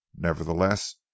Nevertheless